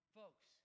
folks